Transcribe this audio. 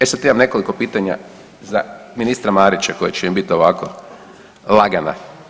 E sada imam nekoliko pitanja za ministra Marića koji će mu biti ovako lagana.